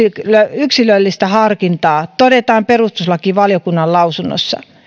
yksilöllistä harkintaa todetaan perustuslakivaliokunnan lausunnossa